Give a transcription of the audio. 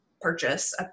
purchase